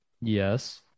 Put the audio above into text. Yes